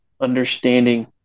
understanding